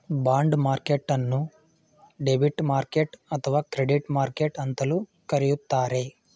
bond ಮಾರ್ಕೆಟ್ಟನ್ನು debit market ಅಥವಾ credit market ಅಂತಲೂ ಕರೆಯುತ್ತಾರೆ